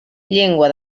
llengua